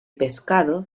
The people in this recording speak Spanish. pescado